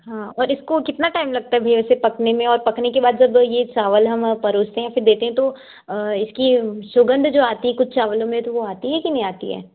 हाँ और इसको कितना टाइम लगता है भईया इसे पकने में और पकने के बाद जब ये चावल हम परोसते हैं फिर देते हैं तो इसकी सुगंध जो आती है कुछ चावलों में तो वो आती है की नहीं आती है